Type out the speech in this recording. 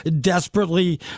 desperately